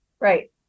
right